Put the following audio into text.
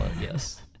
yes